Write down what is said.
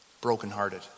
Brokenhearted